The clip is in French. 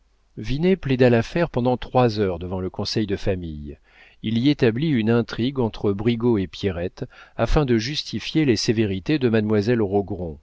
plaida l'affaire pendant trois heures devant le conseil de famille il y établit une intrigue entre brigaut et pierrette afin de justifier les sévérités de mademoiselle